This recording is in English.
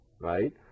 right